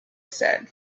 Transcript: said